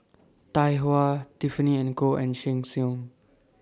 Tai Hua Tiffany and Co and Sheng Siong